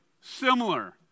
similar